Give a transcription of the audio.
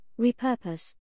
Repurpose